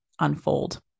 unfold